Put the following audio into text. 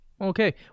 Okay